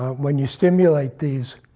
when you stimulate these,